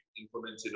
implemented